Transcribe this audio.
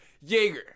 Jaeger